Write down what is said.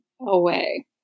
away